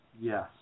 Yes